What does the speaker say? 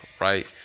right